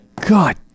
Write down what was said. God